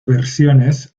versiones